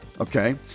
Okay